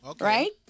right